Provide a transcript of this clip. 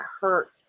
hurt